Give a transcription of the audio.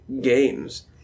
games